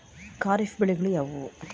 ಖಾರಿಫ್ ಬೆಳೆಗಳು ಯಾವುವು?